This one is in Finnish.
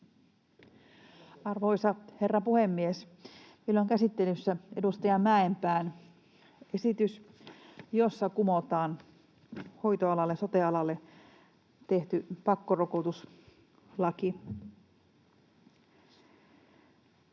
Arvoisa herra puhemies! Meillä on käsittelyssä edustaja Mäenpään esitys, jossa kumotaan hoitoalalle, sote-alalle tehty pakkorokotuslaki.